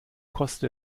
koste